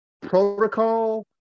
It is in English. protocol